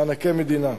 מענקי מדינה.